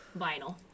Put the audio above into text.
Vinyl